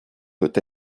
peut